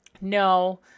no